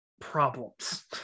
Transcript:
problems